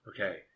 Okay